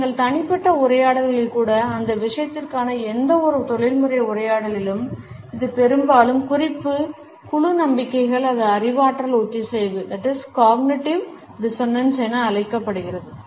எங்கள் தனிப்பட்ட உரையாடல்களில் கூட அந்த விஷயத்திற்கான எந்தவொரு தொழில்முறை உரையாடலிலும் இது பெரும்பாலும் குறிப்பு குழு நம்பிக்கைகள் அல்லது அறிவாற்றல் ஒத்திசைவு என அழைக்கப்படுகிறது